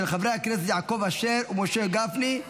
של חברי הכנסת יעקב אשר ומשה גפני.